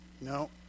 No